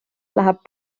läheb